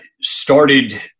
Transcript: started